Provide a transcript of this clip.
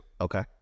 Okay